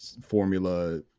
formula